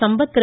Sampath Thiru